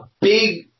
big